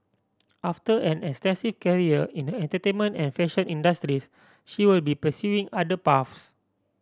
after an extensive career in the entertainment and fashion industries she will be pursuing other paths